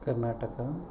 Karnataka